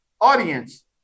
audience